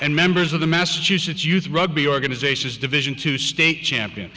and members of the massachusetts youth rugby organizations division two state champion